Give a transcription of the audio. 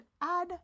add